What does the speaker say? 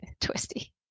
twisty